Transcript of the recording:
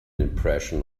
impression